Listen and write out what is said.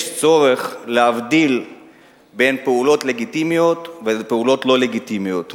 יש צורך להבדיל בין פעולות לגיטימיות לפעולות לא-לגיטימיות.